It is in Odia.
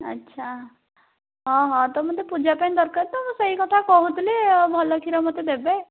ଆଚ୍ଛା ହଁ ହଁ ତ ମୋତେ ପୂଜା ପାଇଁ ଦରକାର ତ ମୁଁ ସେଇ କଥା କହୁଥିଲି ଆଉ ଭଲ କ୍ଷୀର ମୋତେ ଦେବେ